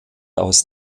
aus